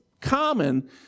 common